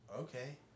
Okay